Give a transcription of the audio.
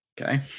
Okay